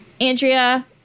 Andrea